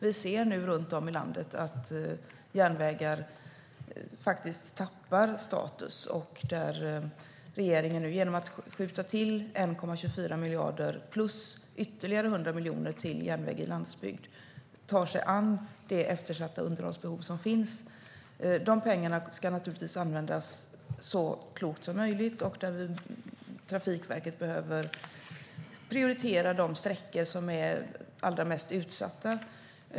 Vi ser nu runt om i landet att järnvägar faktiskt tappar i status. Genom att skjuta till 1,24 miljarder plus ytterligare 100 miljoner till järnväg på landsbygden tar sig regeringen nu an det eftersatta underhållsbehov som finns. De pengarna ska naturligtvis användas så klokt som möjligt. Trafikverket behöver prioritera de sträckor som är allra mest utsatta.